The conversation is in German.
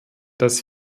dass